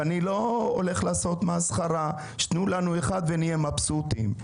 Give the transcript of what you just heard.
אני לא הולך לעשות מסחרה של: תנו לנו אחד ונהיה מבסוטים.